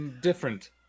different